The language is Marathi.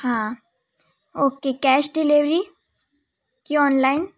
हां ओके कॅश डिलेवरी की ऑनलाईन